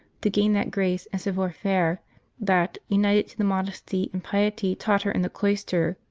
to gain that grace and savoir-faire that, united to the modesty and piety taught her in the cloister,